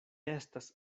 estas